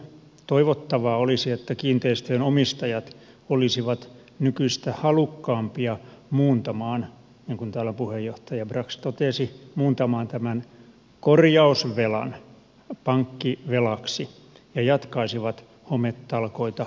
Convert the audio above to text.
toivottavaa olisi että kiinteistöjen omistajat olisivat nykyistä halukkaampia muuntamaan niin kuin täällä puheenjohtaja brax totesi tämän korjausvelan pankkivelaksi ja jatkaisivat hometalkoita edelleen